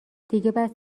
دیگه